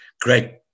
great